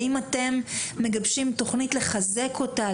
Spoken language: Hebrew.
האם אתם מגבשים תוכנית כל שהיא על מנת לחזק אותה,